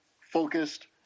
focused